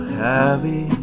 heavy